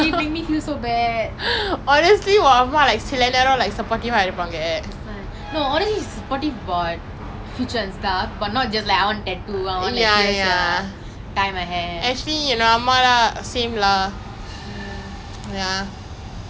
no honestly right honestly she's quite supportive eh even like now I told her I don't want to do err cyber security like I I didn't tell her directly lah I say amma what if I like tell you I don't want to do cyber security then she say okay do whatever you want as long as you're happy and you know you'll do it then I'm like !huh!